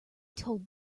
told